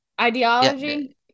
Ideology